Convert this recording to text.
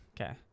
Okay